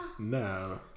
No